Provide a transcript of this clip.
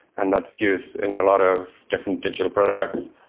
and that's used in a lot of different digital products.